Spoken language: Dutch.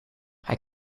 hij